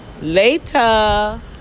later